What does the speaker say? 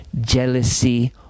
jealousy